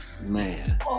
man